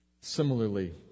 Similarly